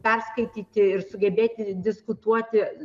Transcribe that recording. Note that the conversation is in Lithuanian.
perskaityti ir sugebėti diskutuoti